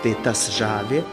tai tas žavi